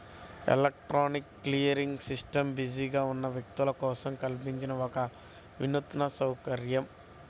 electronic clearing system బిజీగా ఉన్న వ్యక్తుల కోసం కల్పించిన ఒక వినూత్న సౌకర్యం